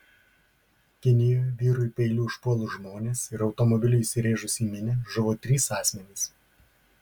kinijoje vyrui peiliu užpuolus žmones ir automobiliu įsirėžus į minią žuvo trys asmenys